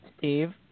Steve